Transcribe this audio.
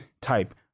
type